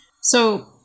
So-